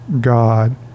God